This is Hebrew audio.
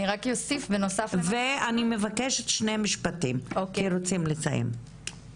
היידי וגם אני מבקשת עוד שני משפטים כי אנחנו רוצים לסיים את הדיון.